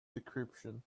decryption